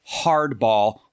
hardball